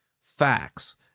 facts